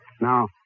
Now